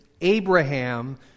Abraham